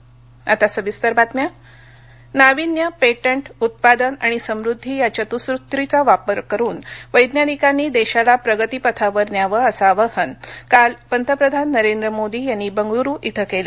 पंतप्रधान विज्ञान कॉंग्रेस नाविन्य पेटंट उत्पादन आणि समुद्धी या चतुःसूत्रीचा वापर करून वैज्ञानिकांनी देशाला प्रगतीपथावर न्यावं असं आवाहन काल पंतप्रधान नरेंद्र मोदी यांनी काल बंगळूरू इथं केलं